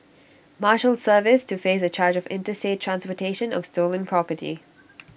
marshals service to face A charge of interstate transportation of stolen property